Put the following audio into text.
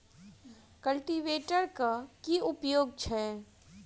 Cultivator केँ की उपयोग छैक?